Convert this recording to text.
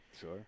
Sure